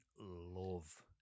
love